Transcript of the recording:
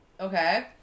Okay